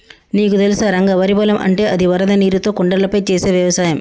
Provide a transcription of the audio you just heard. నీకు తెలుసా రంగ వరి పొలం అంటే అది వరద నీరుతో కొండలపై చేసే వ్యవసాయం